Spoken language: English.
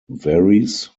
varies